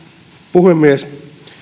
puhemies